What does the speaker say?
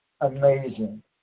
amazing